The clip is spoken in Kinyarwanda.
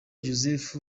joseph